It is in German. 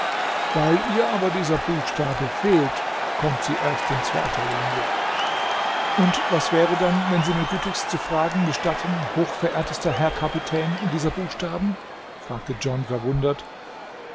weil ihr aber dieser buchstabe fehlt kommt sie erst in zweiter linie und was wäre dann wenn sie mir gütigst zu fragen gestatten hochverehrtester herr kapitän dieser buchstaben fragte john verwundert